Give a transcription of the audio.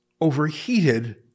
overheated